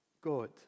God